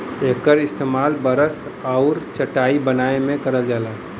एकर इस्तेमाल बरस आउर चटाई बनाए में करल जाला